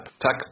Tak